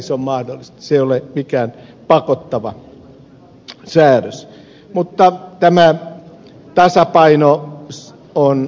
se ei ole mikään pakottava säädös mutta tämä tasapaino on huomioitava